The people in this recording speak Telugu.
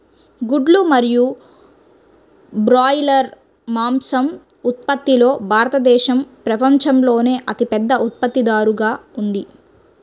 గుడ్లు మరియు బ్రాయిలర్ మాంసం ఉత్పత్తిలో భారతదేశం ప్రపంచంలోనే అతిపెద్ద ఉత్పత్తిదారుగా ఉంది